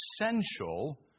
essential